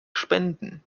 spenden